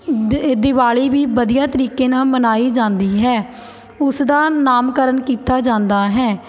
ਦੀ ਦੀਵਾਲੀ ਵੀ ਵਧੀਆ ਤਰੀਕੇ ਨਾਲ਼ ਮਨਾਈ ਜਾਂਦੀ ਹੈ ਉਸ ਦਾ ਨਾਮਕਰਨ ਕੀਤਾ ਜਾਂਦਾ ਹੈ